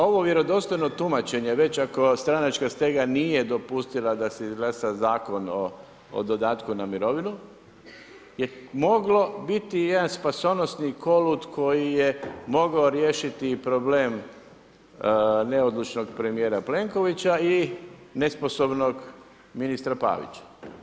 Ovo vjerodostojno tumačenje, već ako vam stranačka nije dopustila da se izglasa Zakon o dodatku na mirovinu je moglo biti jedan spasonosni kolut koji je mogao riješiti problem neodlučnog premijera Plenkovića i nesposobnog ministra Pavića.